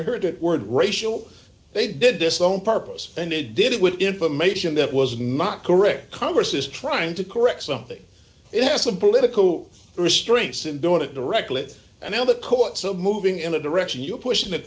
heard it word racial they did this on purpose and they did it with information that was not correct congress is trying to correct something it has the political restraints and doing it directly and on the court so moving in a direction you are pushing th